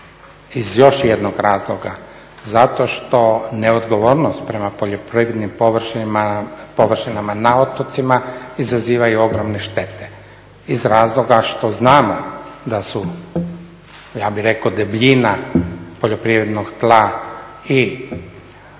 iz još jednog razloga zato što neodgovornost prema poljoprivrednim površinama na otocima izaziva i ogromne štete iz razloga što znamo da su ja bih rekao debljina poljoprivrednog tla i štetne,